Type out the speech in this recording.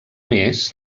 més